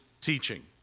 teaching